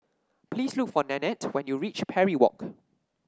please look for Nanette when you reach Parry Walk